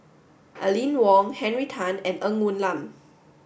Aline Wong Henry Tan and Ng Woon Lam